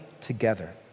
together